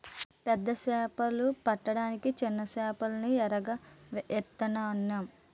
పెద్ద సేపలు పడ్డానికి సిన్న సేపల్ని ఎరగా ఏత్తనాన్రా